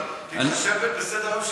אבל תתחשב בסדר-היום.